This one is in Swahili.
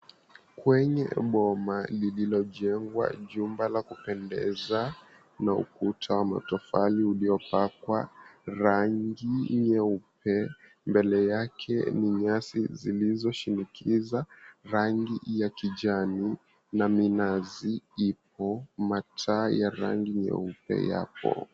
Kwenye boma lililojengwa jumba la kupendeza na ukuta wa matofali uliopakwa rangi nyeupe, mbele yake ni nyasi zilizoshinikiza rangi ya kijani na minazi ipo, mataa ya rangi nyeupe yapo.